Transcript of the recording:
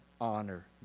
honor